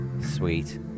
Sweet